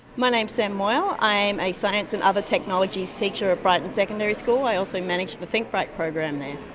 my name's sam moyle. i'm a science and other technologies teacher at brighton secondary school. i also managed the think bright program there. ah,